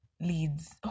leads